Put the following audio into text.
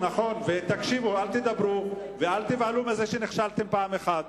אל תדברו ואל תיבהלו מזה שנכשלתם פעם אחת.